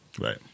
Right